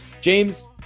James